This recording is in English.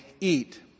eat